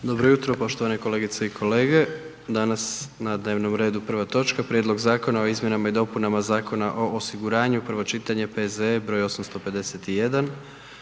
Dobro jutro poštovane kolegice i kolege. Danas na dnevnom redu prva točka: - Prijedlog zakona o izmjenama i dopunama Zakona o osiguranju, prvo čitanje, P.Z.E. br. 851;